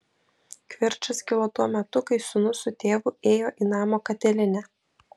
kivirčas kilo tuo metu kai sūnus su tėvu ėjo į namo katilinę